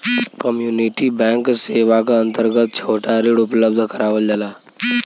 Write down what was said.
community bank सेवा क अंतर्गत छोटा ऋण उपलब्ध करावल जाला